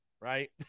right